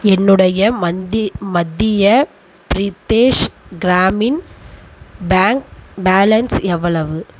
என்னுடைய மந்திய Madhya Pradesh Gramin bank balance எவ்வளவு